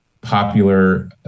popular